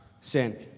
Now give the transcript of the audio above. sin